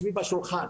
סביב השולחן,